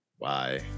bye